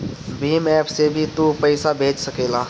Bhim app से भी तू पईसा भेज सकेला